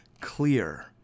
clear